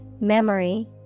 memory